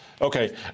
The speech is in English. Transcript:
Okay